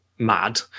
mad